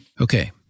Okay